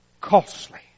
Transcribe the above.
Costly